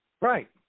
right